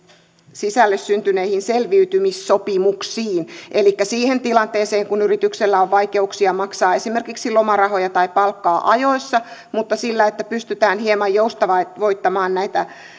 sisälle syntyneisiin selviytymissopimuksiin elikkä siihen tilanteeseen kun yrityksellä on vaikeuksia maksaa esimerkiksi lomarahoja tai palkkaa ajoissa mutta sillä että pystytään hieman joustavoittamaan näitä